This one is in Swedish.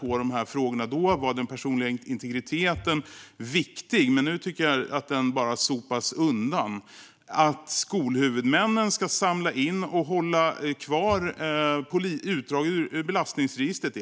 på de här frågorna. Då var den personliga integriteten viktig, men nu tycker jag att den bara sopas undan. Här talar man om att skolhuvudmännen ska samla in och ha kvar utdrag ur belastningsregistret.